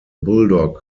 bulldog